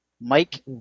Mike